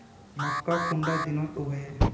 मक्का कुंडा दिनोत उगैहे?